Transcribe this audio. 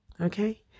Okay